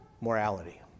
morality